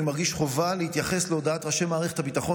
אני מרגיש חובה להתייחס להודעת ראשי מערכת הביטחון